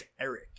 Eric